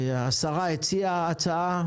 השרה הציעה הצעה,